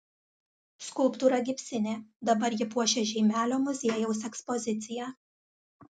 skulptūra gipsinė dabar ji puošia žeimelio muziejaus ekspoziciją